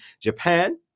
Japan